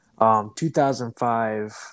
2005